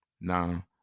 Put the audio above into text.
Now